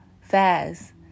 fast